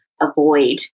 avoid